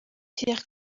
pierre